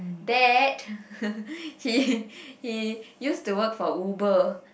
that he he used to work for Uber